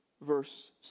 verse